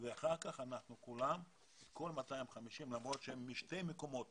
ואחר כך כל 250 האנשים למרות שהם משני מקומות